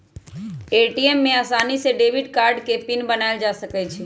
ATM में आसानी से डेबिट कार्ड के पिन बनायल जा सकई छई